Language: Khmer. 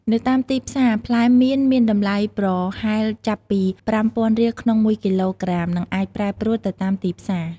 នៅតាមទីផ្សារផ្លែមៀន មានតម្លៃប្រហែលចាប់ពីប្រាំំពាន់រៀលក្នុងមួយគីឡូក្រាម និងអាចប្រែប្រួលទៅតាមទីផ្សារ។